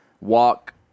walk